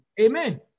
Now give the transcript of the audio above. Amen